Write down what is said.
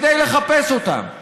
כדי לחפש אותם,